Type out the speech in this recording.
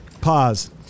Pause